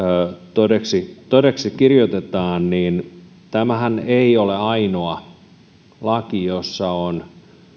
todeksi todeksi kirjoitetaan tämähän ei ole ainoa laki jossa on